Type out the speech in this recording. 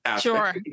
Sure